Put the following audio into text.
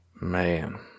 Man